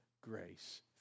grace